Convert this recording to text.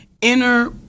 inner